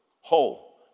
whole